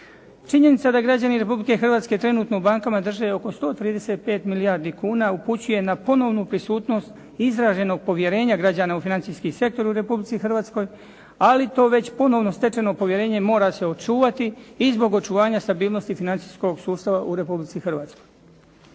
Činjenica da građani Republike Hrvatske trenutno u bankama drže oko 135 milijardi kuna upućuje na ponovnu prisutnost izraženog povjerenja građana u financijski sektor u Republici Hrvatskoj, ali to već ponovno stečeno povjerenje mora se očuvati i zbog očuvanja stabilnosti financijskog sustava u Republici Hrvatskoj.